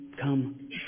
come